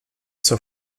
zur